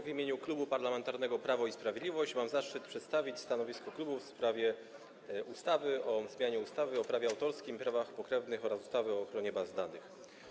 W imieniu Klubu Parlamentarnego Prawo i Sprawiedliwość mam zaszczyt przedstawić stanowisko klubu w sprawie ustawy o zmianie ustawy o prawie autorskim i prawach pokrewnych oraz ustawy o ochronie baz danych.